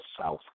south